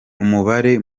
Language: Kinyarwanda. umubare